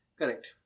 correct